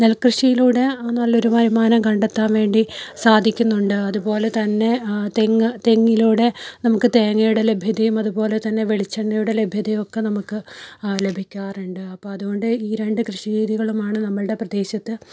നെൽകൃഷിയിലൂടെ നല്ലൊരു വരുമാനം കണ്ടെത്താൻ വേണ്ടി സാധിക്കുന്നുണ്ട് അതുപോലെ തന്നെ തെങ്ങ് തെങ്ങിലൂടെ നമുക്ക് തേങ്ങയുടെ ലഭ്യതയും അതുപോലെ തന്നെ വെളിച്ചെണ്ണയുടെ ലഭ്യതയും ഒക്കെ നമുക്ക് ലഭിക്കാറുണ്ട് അപ്പം അതുകൊണ്ട് ഈ രണ്ട് കൃഷി രീതികളുമാണ് നമ്മളുടെ പ്രദേശത്ത്